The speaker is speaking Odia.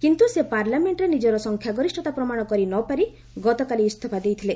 କିନ୍ତୁ ସେ ପାର୍ଲାମେଷ୍ଟରେ ନିଜର ସଂଖ୍ୟାଗରିଷ୍ଠତା ପ୍ରମାଣ କରି ନପାରି ଗତକାଲି ଇସ୍ତଫା ଦେଇଥିଲେ